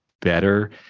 better